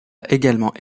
également